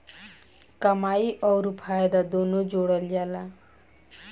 कमाई अउर फायदा दुनू जोड़ल जला